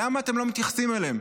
למה אתם לא מתייחסים אליהם?